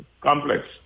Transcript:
Complex